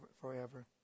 forever